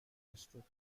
district